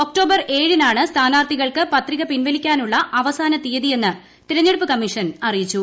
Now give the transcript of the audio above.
October ഏഴാണ് സ്ഥാനാർത്ഥികൾക്ക് പത്രിക പിൻവലിക്കാനുള്ള അവസാന തീയതിയെന്ന് തെരഞ്ഞെടുപ്പ് കമ്മീഷൻ അറിയിച്ചു